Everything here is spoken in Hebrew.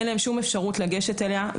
אין להם אפשרות לגשת אליה.